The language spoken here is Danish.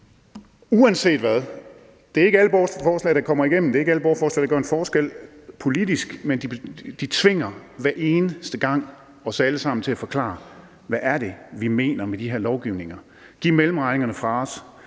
borgerforslag. Det er ikke alle borgerforslag, der kommer igennem, og det er ikke alle borgerforslag, der gør en forskel politisk, men de tvinger hver eneste gang os alle sammen til at forklare, hvad det er, vi mener med de her lovgivninger – at give mellemregningerne fra os,